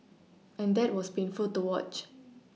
and that was painful to watch